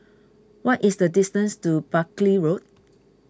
what is the distance to Buckley Road